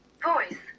voice